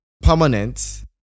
permanent